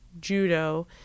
judo